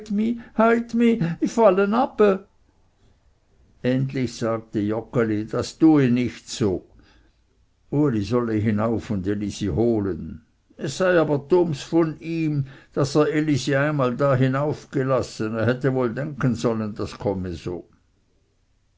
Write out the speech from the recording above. endlich sagte joggeli das tue nichts so uli solle hinauf und elisi holen es sei aber dumms von ihm daß er elisi einmal da hinauf gelassen er hätte wohl denken sollen das komme so